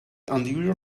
unusual